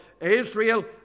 Israel